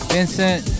Vincent